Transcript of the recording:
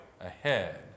ahead